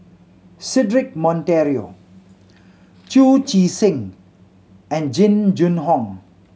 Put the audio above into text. Cedric Monteiro Chu Chee Seng and Jing Jun Hong